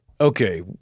Okay